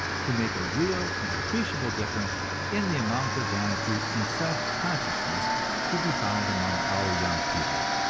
to make a real and appreciable difference in the amount of vanity and self-consciousness to be found among our young people.